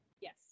Yes